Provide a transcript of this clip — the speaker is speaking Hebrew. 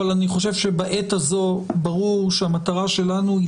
אבל אני חושב שבעת הזאת ברור שהמטרה שלנו היא